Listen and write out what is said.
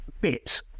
bit